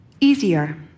easier